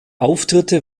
auftritte